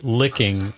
licking